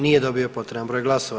Nije dobio potreban broj glasova.